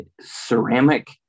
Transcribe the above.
ceramic